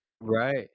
Right